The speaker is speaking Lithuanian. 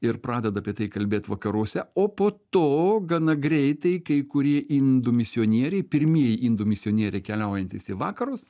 ir pradeda apie tai kalbėt vakaruose o po to gana greitai kai kurie indų misionieriai pirmieji indų misionieriai keliaujantys į vakarus